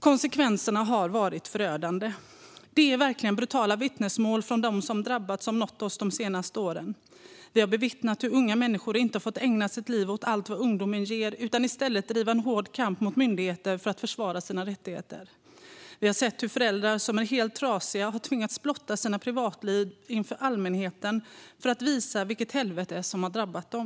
Konsekvenserna har varit förödande. Det är verkligen brutala vittnesmål från dem som drabbats som har nått oss de senaste åren. Vi har bevittnat hur unga människor inte har fått ägna sitt liv åt allt vad ungdomen ger, utan i stället har fått driva en hård kamp mot myndigheter för att försvara sina rättigheter. Vi har sett hur föräldrar som är helt trasiga har tvingats blotta sina privatliv inför allmänheten för att visa vilket helvete som har drabbat dem.